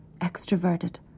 extroverted